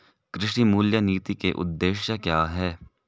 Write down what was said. कृषि मूल्य नीति के उद्देश्य क्या है?